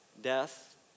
death